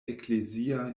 eklezia